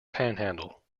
panhandle